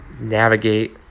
navigate